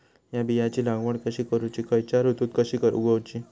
हया बियाची लागवड कशी करूची खैयच्य ऋतुत कशी उगउची?